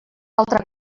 altra